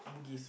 Bugis